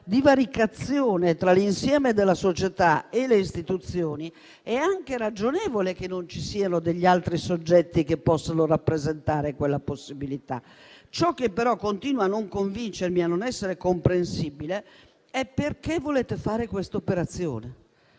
divaricazione tra l'insieme della società e le Istituzioni, è anche ragionevole che non ci siano altri soggetti che possano rappresentare quella possibilità. Ciò che però continua a non convincermi e a non essere comprensibile è perché volete fare questa operazione.